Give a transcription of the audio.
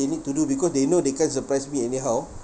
they need to do because they know they can't surprise me anyhow